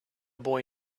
boy